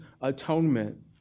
atonement